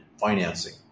financing